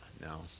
No